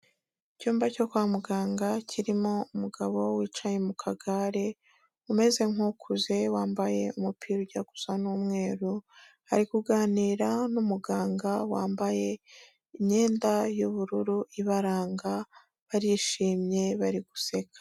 Icyumba cyo kwa muganga kirimo umugabo wicaye mu kagare, umeze nk'ukuze, wambaye umupira ujya gusa n'umweru, ari kuganira n'umuganga wambaye imyenda y'ubururu ibaranga, barishimye, bari guseka.